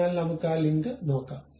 അതിനാൽ നമുക്ക് ആ ലിങ്ക് നോക്കാം